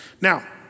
Now